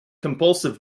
compulsive